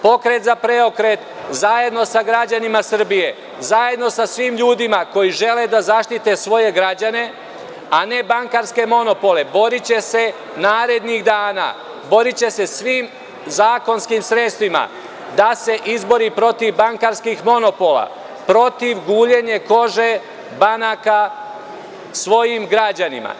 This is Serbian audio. Pokret za preokret, zajedno sa građanima Srbije, zajedno sa svim ljudima koji žele da zaštite svoje građane, a ne bankarske monopole, boriće se narednih dana, svim zakonskim sredstvima da se izbori protiv bankarskih monopola, protiv guljenja kože banaka svojim građanima.